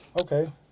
Okay